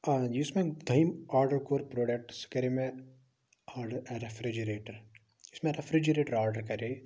آ یُس مےٚ دوٚیِم آڈر کوٚر پروڈَکٹ سُہ کَریو مےٚ آڈر ریفرِجِریٹر یُس مےٚ ریفِجریٹر آڈر کَرے